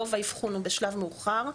רוב האבחון הוא בשלב מאוחר,